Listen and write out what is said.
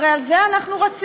הרי על זה אנחנו רצים,